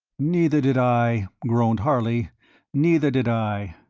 neither did i, groaned harley neither did i.